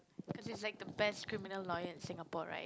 cause he's like the best criminal lawyer in Singapore right